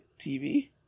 TV